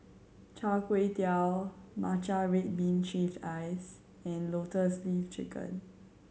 Char Kway Teow matcha red bean shaved ice and Lotus Leaf Chicken